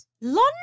London